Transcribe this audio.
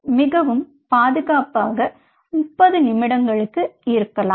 மிகவும் பாதுகாப்பாக 30 நிமிடங்களுக்கு இருக்கலாம்